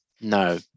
No